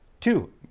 two